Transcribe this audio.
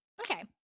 Okay